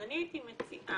אז אני הייתי מציעה,